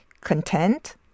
content